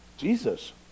Jesus